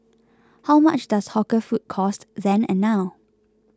how much does hawker food cost then and now